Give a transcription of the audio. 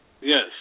Yes